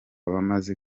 bamaze